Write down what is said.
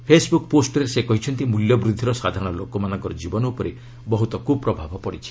Facebook ପୋଷ୍ଟରେ ସେ କହିଛନ୍ତି ମୂଲ୍ୟ ବୃଦ୍ଧିର ସାଧାରଣ ଲୋକଙ୍କ ଜୀବନ ଉପରେ ବହୁତ କୁ ପ୍ରଭାବ ପଡ଼ିଛି